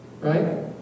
right